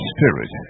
Spirit